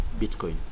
Bitcoin